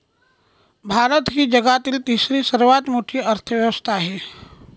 भारत ही जगातील तिसरी सर्वात मोठी अर्थव्यवस्था आहे